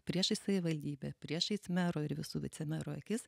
priešais savivaldybę priešais mero ir visų vicemero akis